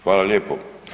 Hvala lijepo.